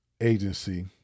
agency